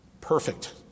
perfect